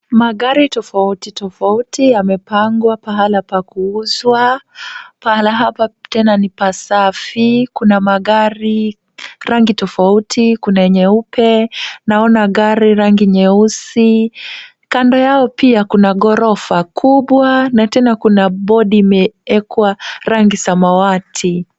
Magari tofauti tofauti yamepangwa pahala pa kuuzwa, pahala hapa tena ni pasafi. Kuna magari rangi tofauti, kuna nyeupe, naona gari rangi nyeusi. Kando yao pia kuna ghorofa kubwa na tena kuna board imeekwa rangi samwati.